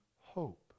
hope